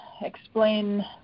explain